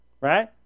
right